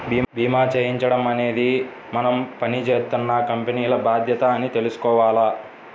భీమా చేయించడం అనేది మనం పని జేత్తున్న కంపెనీల బాధ్యత అని తెలుసుకోవాల